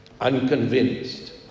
unconvinced